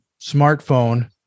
smartphone